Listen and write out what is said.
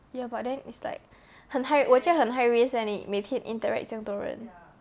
ya but then is like 很 high 我觉得很 high risk leh 你每天 interact 这样多人